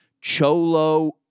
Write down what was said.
cholo